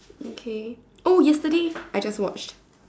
okay oh yesterday I just watch